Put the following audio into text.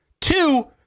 Two